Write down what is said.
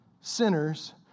sinners